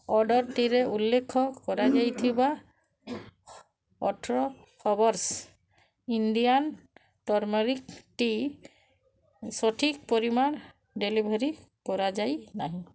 ଅର୍ଡ଼ର୍ଟିରେ ଉଲ୍ଲେଖ କରାଯାଇଥିବା ଅଠର ହର୍ବ୍ସ୍ ଇଣ୍ଡିଆନ୍ ଟର୍ମେରିକ୍ ଟି ସଠିକ୍ ପରିମାଣ ଡେଲିଭର୍ କରାଯାଇ ନାହିଁ